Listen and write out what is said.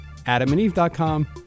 AdamandEve.com